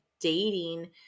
dating